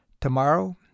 Tomorrow